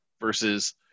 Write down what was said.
versus